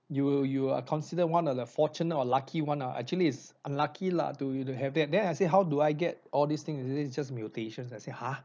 you you are considered one of the fortunate or lucky one nah actually is unlucky lah to you to have that then I say how do I get all these thing they said it's just mutations I said !huh!